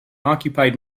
occupied